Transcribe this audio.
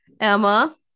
Emma